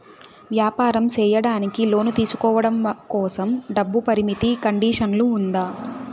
వ్యాపారం సేయడానికి లోను తీసుకోవడం కోసం, డబ్బు పరిమితి కండిషన్లు ఉందా?